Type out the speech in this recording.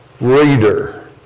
reader